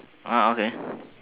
okay